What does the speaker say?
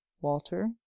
Walter